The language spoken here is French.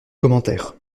commentaire